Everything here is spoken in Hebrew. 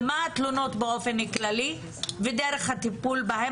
על מה התלונות באופן כללי ודרך הטיפול בהן,